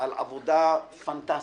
על עבודה פנטסטית.